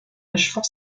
achevant